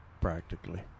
practically